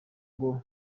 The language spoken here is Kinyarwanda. ngo